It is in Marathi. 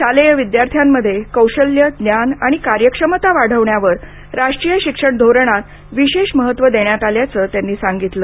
शालेय विद्यार्थ्यांमध्ये कौशल्य ज्ञान आणि कार्यक्षमता वाढवण्यावर राष्ट्रीय शिक्षण धोरणात विशेष महत्व देण्यात आल्याचं त्यांनी सांगितलं